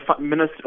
Minister